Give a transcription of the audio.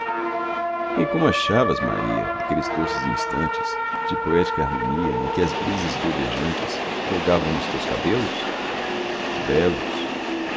e como achavas maria aqueles doces instantes de poética harmonia em que as brisas doudejantes folgavam nos teus cabelos belos